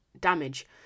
damage